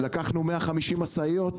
לקחנו 150 משאיות